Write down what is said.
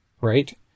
right